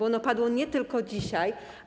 Ono padło nie tylko dzisiaj.